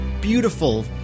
beautiful